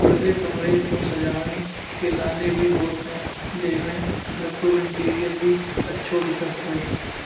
पर्दे कमरे को सजाने के लिए भी होता है जिसमें घर का इंटीरियर भी अच्छा दिखता है।